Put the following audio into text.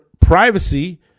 privacy